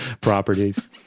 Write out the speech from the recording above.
properties